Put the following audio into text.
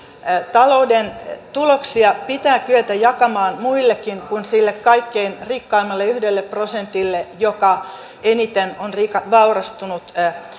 talouden tuloksia pitää kyetä jakamaan muillekin kuin sille kaikkein rikkaimmalle yhdelle prosentille joka eniten on vaurastunut